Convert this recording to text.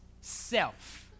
self